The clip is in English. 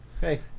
Hey